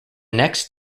next